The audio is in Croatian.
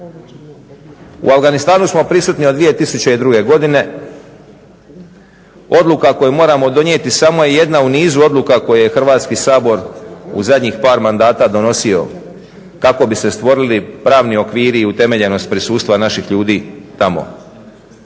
U Afganistanu smo prisutni od 2002. godine. Odluka koju moramo donijeti samo je jedna u nizu odluka koju je Hrvatski sabor u zadnjih par mandata donosio kako bi se stvorili pravni okviri i utemeljenost prisustva naših ljudi tamo.